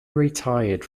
retired